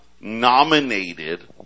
nominated